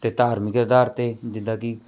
ਅਤੇ ਧਾਰਮਿਕ ਅਧਾਰ 'ਤੇ ਜਿੱਦਾਂ ਕਿ